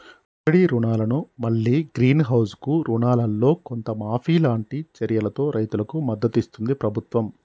subsidy రుణాలను మల్లి green house కు రుణాలల్లో కొంత మాఫీ లాంటి చర్యలతో రైతుకు మద్దతిస్తుంది ప్రభుత్వం